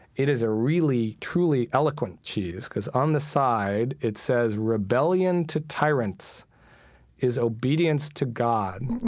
it is a really truly eloquent cheese because on the side it says, rebellion to tyrants is obedience to god.